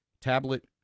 tablet